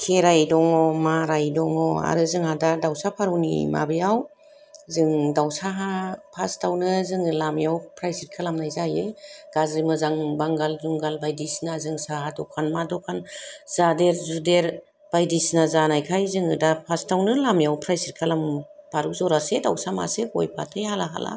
खेराइ दङ माराय दङ आरो जोंहा दा दावसा फारौनि माबायाव जों दावसाहा फास्टावनो जोङो लामायाव प्राइसिट खालामनाय जायो गाज्रि मोजां बांगाल जुंगाल बायदिसिना जों साहा दखान मा दखान जादेर जुदेर बायदिसिना जानायखाय जोङो दा फार्स्टावनो लामायाव प्राइसिट खालामो फारौ जरासे दाउसा मासे गय फाथै हाला हाला